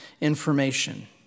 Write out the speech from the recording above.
information